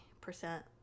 percent